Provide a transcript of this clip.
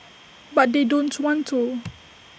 but they don't want to